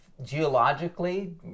Geologically